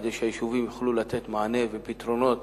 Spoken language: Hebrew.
כדי שהיישובים יוכלו לתת מענה ופתרונות